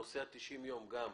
נושא 90 הימים גם,